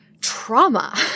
trauma